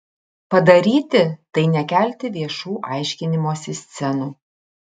padaryti tai nekelti viešų aiškinimosi scenų